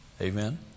Amen